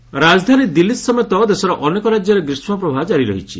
ଓ୍ବେଦର ରାଜଧାନୀ ଦିଲ୍ଲୀ ସମେତ ଦେଶର ଅନେକ ରାଜ୍ୟରେ ଗ୍ରୀଷ୍କ ପ୍ରବାହ ଜାରି ରହିଛି